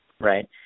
Right